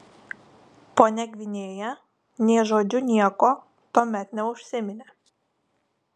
ponia gvinėja nė žodžiu nieko tuomet neužsiminė